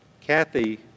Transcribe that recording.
Kathy